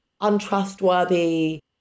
untrustworthy